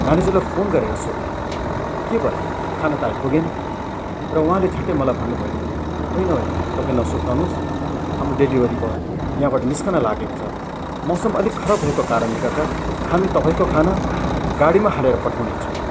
म्यानेजरलाई phone गरेर सोधेँ के भयो खाना त आइपुगेन र उहाँले झट्टै मलाई भन्नुभयो होइन होइन तपाईँ नसुर्ताउनुहोस् हाम्रो डेलिभरी बोइ यहाँबाट निस्कन लागेको छ मौसम अलिक खराब भएको कारणले गर्दा हामी तपाईँको खाना गाडीमा हालेर पठाउने छौँ